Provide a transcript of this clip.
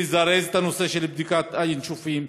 לזרז את הנושא של בדיקת ה"ינשופים",